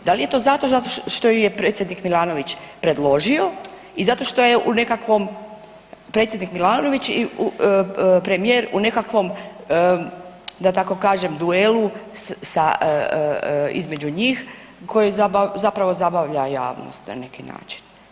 Da li je to zato što ju je predsjednik Milanović predložio i zašto što je u nekakvom, predsjednik Milanović i premijer u nekakvom, da tako kažem, duelu sa, između njih koji zapravo zabavlja javnost na neki način?